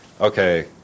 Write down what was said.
okay